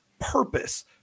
purpose